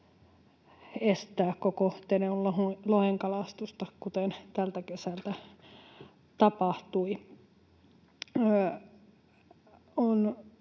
estää koko Tenon lohenkalastusta, kuten tältä kesältä tapahtui.